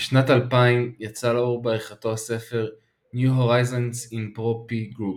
בשנת 2000 יצא לאור בעריכתו הספר "New Horizons in pro-p Groups".